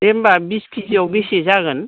दे होनबा बिस खेजिआव बेसे जागोन